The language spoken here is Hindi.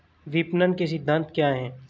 विपणन के सिद्धांत क्या हैं?